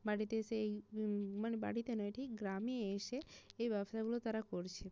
বাড়িতে এসে এই মানে বাড়িতে নয় ঠিক গ্রামে এসে এই ব্যবসাগুলো তারা করছে